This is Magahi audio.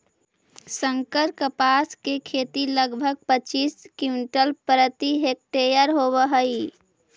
संकर कपास के खेती लगभग पच्चीस क्विंटल प्रति हेक्टेयर होवऽ हई